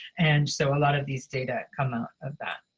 and so a lot of these data come out of that.